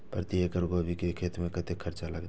प्रति एकड़ गोभी के खेत में कतेक खर्चा लगते?